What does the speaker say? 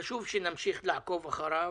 חשוב שנמשיך לעקוב אחריו.